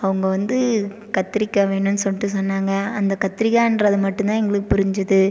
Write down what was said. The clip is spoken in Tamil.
அவங்க வந்து கத்திரிக்காய் வேணுன்னு சொல்லிட்டு சொன்னங்க அந்த கத்திரிக்காங்கிறது மட்டும் தான் எங்களுக்கு புரிஞ்சிது